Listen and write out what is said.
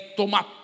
tomar